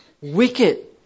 wicked